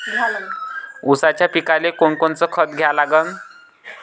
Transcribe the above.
ऊसाच्या पिकाले कोनकोनचं खत द्या लागन?